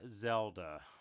Zelda